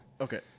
Okay